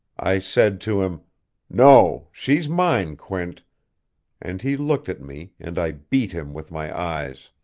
i said to him no. she's mine, quint and he looked at me, and i beat him with my eyes.